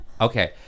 okay